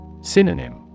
Synonym